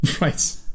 Right